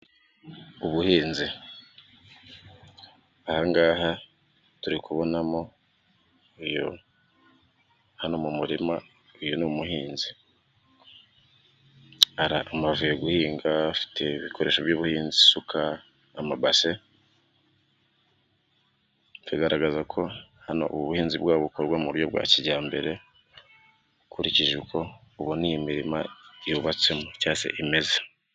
Ubuhinzi aha ngaha turi kubona hano mu murima uyu ni umuhinzi, avuye guhinga afite ibikoresho by'ubuhinzi isuka, amabase, ikigaragaza ko hano ubuhinzi bwaho bukorwa mu buryo bwa kijyambere, ukurikije uko ubona iyi mirima yubatsemo cyangwa se imeze.